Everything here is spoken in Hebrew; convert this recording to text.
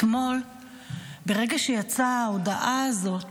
אתמול, ברגע שיצאה ההודעה הזאת